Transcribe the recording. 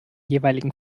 jeweiligen